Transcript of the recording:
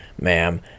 ma'am